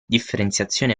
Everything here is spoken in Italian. differenziazione